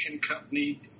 company